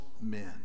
men